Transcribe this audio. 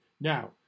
Now